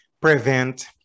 prevent